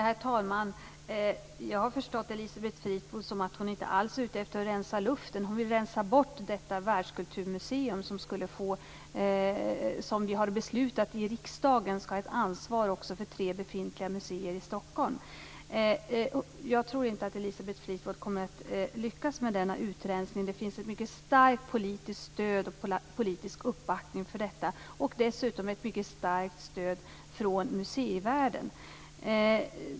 Herr talman! Jag har förstått Elisabeth Fleetwood så, att hon inte alls är ute efter att rensa luften. Elisabeth Fleetwood vill rensa bort detta världskulturmuseum som vi har beslutat i riksdagen skall ha ett ansvar också för tre befintliga museer i Stockholm. Jag tror inte att Elisabeth Fleetwood kommer att lyckas med denna utrensning. Det finns ett mycket starkt politiskt stöd och en politisk uppbackning för detta. Dessutom finns det ett mycket starkt stöd från museivärlden.